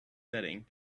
setting